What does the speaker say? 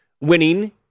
winning